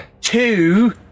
Two